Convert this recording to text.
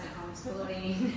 homeschooling